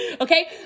okay